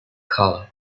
colic